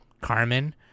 Carmen